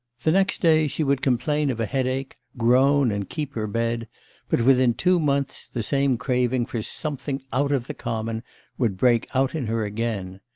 the next day she would complain of a headache, groan and keep her bed but within two months the same craving for something out of the common would break out in her again.